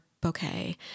bouquet